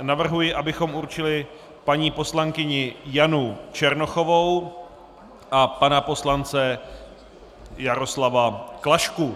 Navrhuji, abychom určili paní poslankyni Janu Černochovou a pana poslance Jaroslava Klašku.